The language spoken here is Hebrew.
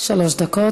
בעיתו, מה טוב.